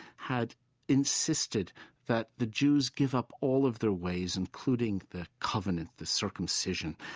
had insisted that the jews give up all of their ways, including the covenant, the circumcision.